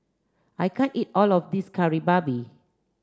I can't eat all of this Kari Babi